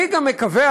אני גם מקווה,